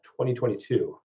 2022